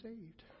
saved